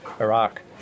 Iraq